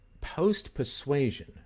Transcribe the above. post-persuasion